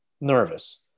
nervous